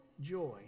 joy